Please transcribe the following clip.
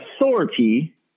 authority